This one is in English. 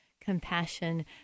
compassion